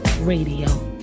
Radio